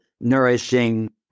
nourishing